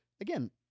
again